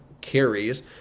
carries